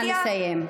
נא לסיים.